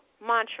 mantra